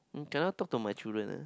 um cannot talk to my children ah